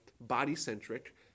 body-centric